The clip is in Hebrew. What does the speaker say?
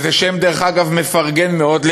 דרך אגב, זה שם מפרגן מאוד.